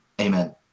Amen